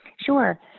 Sure